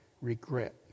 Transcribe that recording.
regret